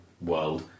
world